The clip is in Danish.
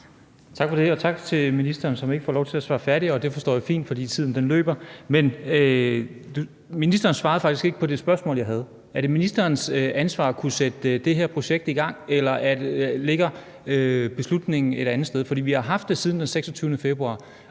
Tak for det, og tak til ministeren, som ikke får lov til at svare færdigt, og det forstår jeg fint, for tiden løber. Ministeren svarede faktisk ikke på det spørgsmål, jeg stillede: Er det ministerens ansvar at kunne sætte det her projekt i gang, eller ligger beslutningen et andet sted? For vi har haft det siden den 26. februar,